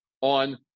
on